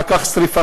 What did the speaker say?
אחר כך שרפתן,